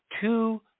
two